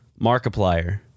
Markiplier